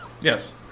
Yes